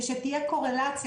ושתהיה קורלציה.